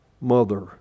mother